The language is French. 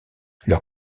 leur